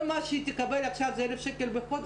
כל מה שהיא תקבל עכשיו זה 1,000 שקלים בחודש.